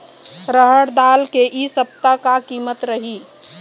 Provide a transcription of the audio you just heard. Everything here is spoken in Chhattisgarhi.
रहड़ दाल के इ सप्ता का कीमत रही?